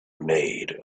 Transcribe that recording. made